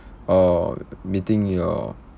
or meeting your